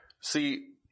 See